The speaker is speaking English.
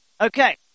Okay